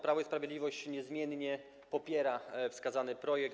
Prawo i Sprawiedliwość niezmiennie popiera wskazany projekt.